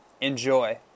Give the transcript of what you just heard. enjoy